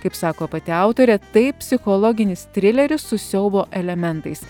kaip sako pati autorė tai psichologinis trileris su siaubo elementais